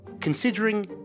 Considering